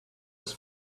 was